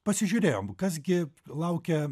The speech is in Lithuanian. pasižiūrėjom kas gi laukia